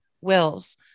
wills